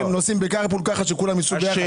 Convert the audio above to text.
הם נוסעים בקארפול כך שכולם ייסעו ביחד,